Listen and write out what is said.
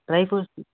dry fruits